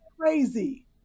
Crazy